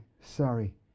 sorry